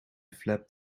flap